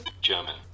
German